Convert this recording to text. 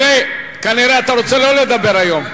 אתה כנראה לא רוצה לדבר היום.